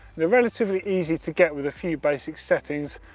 they're relatively easy to get with a few basic settings,